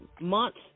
months